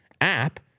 app